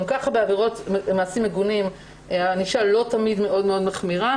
גם ככה בעבירות מעשים מגונים הענישה לא תמיד מאוד מחמירה,